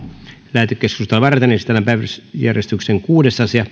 lähetekeskustelua varten esitellään päiväjärjestyksen kuudes asia